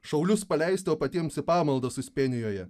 šaulius paleisti o patiems į pamaldas uspenijoje